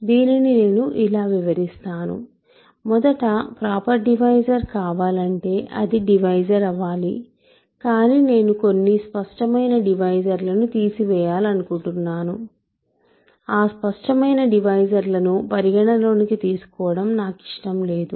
దీనిని నేను ఇలా వివరిస్తాను మొదట ప్రాపర్ డివైజర్ కావాలంటే అది డివైజర్ అవాలి కాని నేను కొన్ని స్పష్టమైన డివైజర్లను తీసివేయాలనుకుంటున్నాను ఆ స్పష్టమైన డివైజర్లను పరిగణలోకి తీసుకోవడం నాకు ఇష్టం లేదు